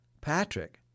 Patrick